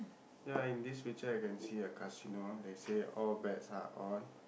ya in this picture I can see a casino that say all bets are on